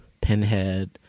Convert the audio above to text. Pinhead